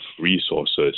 resources